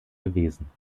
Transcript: gewesen